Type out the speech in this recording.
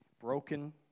broken